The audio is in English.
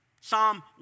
Psalm